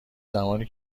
زمانی